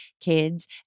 kids